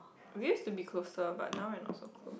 we used to be closer but now we're not so close